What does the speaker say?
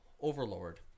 overlord